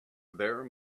there